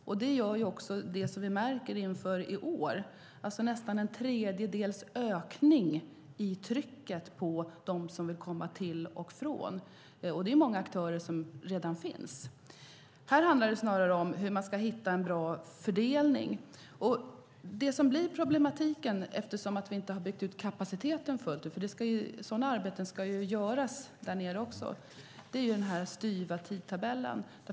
Inför i år har vi märkt nästan en tredjedels ökning av trycket när det gäller dem som vill komma till och från. Det är många aktörer som redan finns. Här handlar det snarare om hur man ska hitta en bra fördelning. Eftersom vi inte har byggt ut kapaciteten fullt ut - sådana arbeten ska göras - är den styva tidtabellen.